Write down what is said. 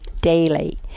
daily